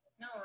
No